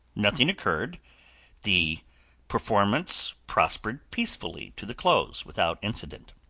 nothing occurred the performance prospered peacefully to the close, without incident.